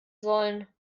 sollen